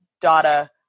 data